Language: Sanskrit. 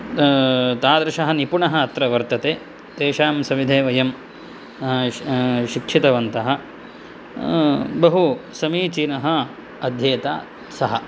तादृशः निपुणः अत्र वर्तते तेषां सविधे वयं शिक्षितवन्तः बहुसमीचीनः अध्येता सः